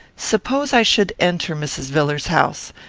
suppose i should enter mrs. villars's house,